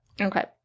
Okay